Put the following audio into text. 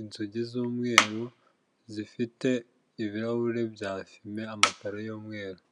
inzugi z'umweru zifite ibirahuri bya fime amakararo y'umweru.